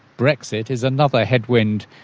brexit is another headwind.